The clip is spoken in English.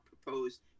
proposed